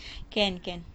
can can